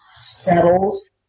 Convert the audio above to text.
settles